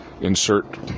insert